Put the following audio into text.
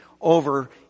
over